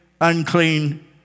unclean